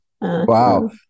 wow